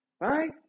right